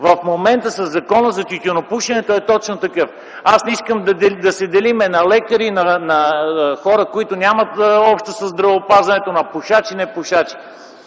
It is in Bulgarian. В момента със Закона за тютюнопушенето е точно така. Аз не искам да се делим на лекари и на хора, които нямат нещо общо със здравеопазването, на пушачи и непушачи.